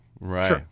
right